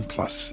Plus